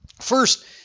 First